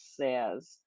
says